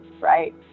right